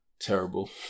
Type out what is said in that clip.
terrible